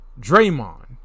Draymond